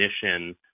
definition